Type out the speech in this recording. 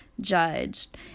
judged